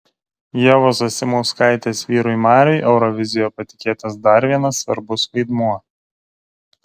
ievos zasimauskaitės vyrui mariui eurovizijoje patikėtas dar vienas svarbus vaidmuo